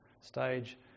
stage